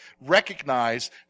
Recognize